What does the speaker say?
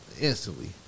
Instantly